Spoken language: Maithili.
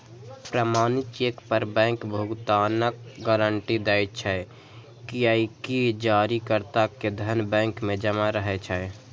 प्रमाणित चेक पर बैंक भुगतानक गारंटी दै छै, कियैकि जारीकर्ता के धन बैंक मे जमा रहै छै